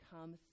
come